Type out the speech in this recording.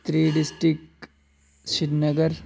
त्री डिस्ट्रिक श्रीनगर